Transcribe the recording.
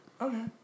Okay